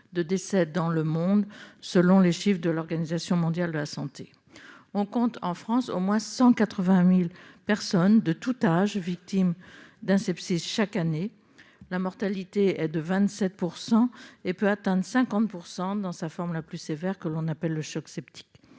de décès dans le monde, selon les chiffres de l'Organisation mondiale de la santé. On compte en France au moins 180 000 personnes, de tout âge, victimes d'un sepsis chaque année. La mortalité est de 27 % et peut atteindre 50 % dans sa forme la plus sévère, que l'on appelle le choc septique.